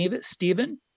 Stephen